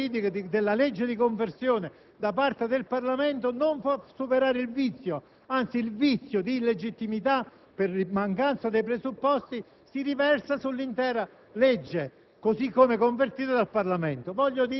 la copertura politica della legge di conversione da parte del Parlamento non fa superare il vizio stesso; anzi, il vizio di legittimità per mancanza dei presupposti si riversa sull'intera legge,